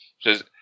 says